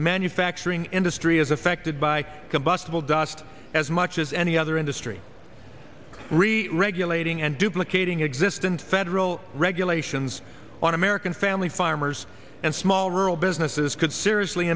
manufacturing industry is affected by combustible dust as much as any other industry really regulating and duplicating existence federal regulations on american family farmers and small rural businesses could seriously